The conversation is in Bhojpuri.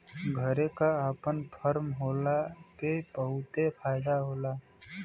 घरे क आपन फर्म होला पे बहुते फायदा होला